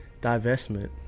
divestment